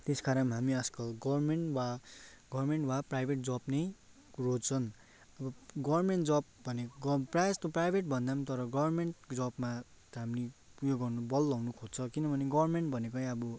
त्यस कारण हामी आजकल गर्मेन्ट वा गर्मेन्ट वा प्राइभेट जब नै रोज्छन् गर्मेन्ट जब भनेको प्रायः जस्तो प्राइभेटभन्दा पनि तर गर्मेन्ट जबमा हामीले उयो गर्नु बल लगाउनु खोज्छ किनभने गर्मेन्ट भनेकै अब